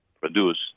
produce